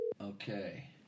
Okay